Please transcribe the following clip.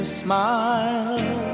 smile